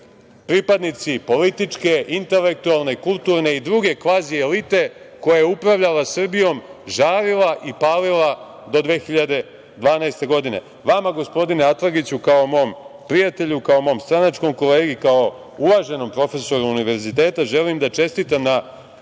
pripadnici političke, intelektualne, kulturne i druge kvazi elite koja je upravljala Srbijom, žarila i palila do 2012. godine. Vama gospodine Atlagiću, kao mom prijatelju, kao mom stranačkom kolegi, kao uvaženom profesoru univerziteta, želim da čestitam na